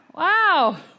Wow